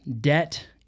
debt